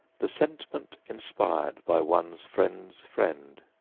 the sentiment inspired by one's friend's friend.